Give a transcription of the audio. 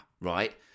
right